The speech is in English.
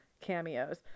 cameos